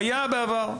היה בעבר.